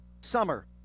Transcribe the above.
summer